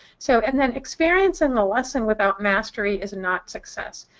so and then experiencing the lesson without mastery is not success.